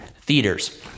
theaters